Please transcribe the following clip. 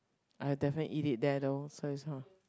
I definitely eat it there though so is not